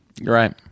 Right